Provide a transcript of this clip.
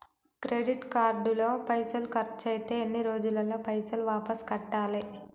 Credit card లో పైసల్ ఖర్చయితే ఎన్ని రోజులల్ల పైసల్ వాపస్ కట్టాలే?